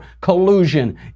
collusion